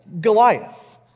Goliath